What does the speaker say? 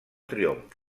triomf